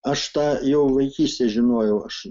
aš tą jau vaikystėj žinojau aš